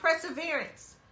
perseverance